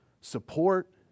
support